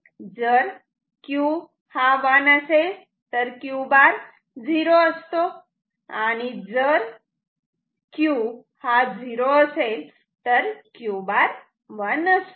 जर Q हा 1 असेल तर क्यू बार 0 असतो आणि जर Q हा 0 असेल तर Q बार 1 असतो